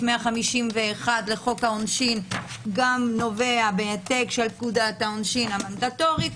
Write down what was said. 151 לחוק העונשין גם נובע מפקודת העונשין המנדטורית,